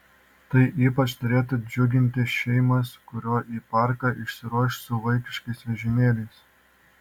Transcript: tai ypač turėtų džiuginti šeimas kurios į parką išsiruoš su vaikiškais vežimėliais